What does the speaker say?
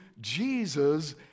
Jesus